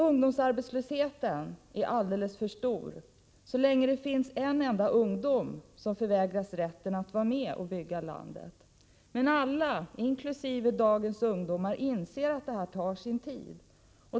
Ungdomsarbetslösheten är alldeles för stor så länge det finns en enda ungdom som förvägras rätten till att vara med och bygga landet. Men alla, inkl. dagens ungdom, inser att detta tar sin tid.